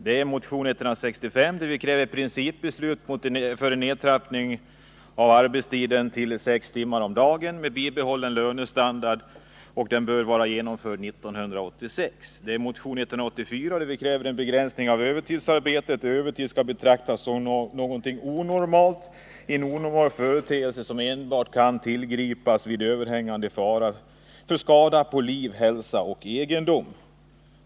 Det är motion 165 där vi kräver ett principbeslut om en nedtrappning av arbetstiden till sex timmar om dagen med bibehållen lönestandard; den bör vara genomförd 1986. Det är vidare motion 184, där vi kräver en begränsning av övertidsarbetet. Övertid skall betraktas som en onormal företeelse och endast tillgripas vid överhängande fara för skada på liv, hälsa och egendom.